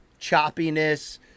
choppiness